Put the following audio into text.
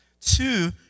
Two